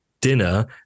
dinner